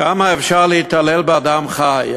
כמה אפשר להתעלל באדם חי?